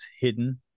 hidden